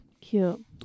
Cute